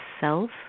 self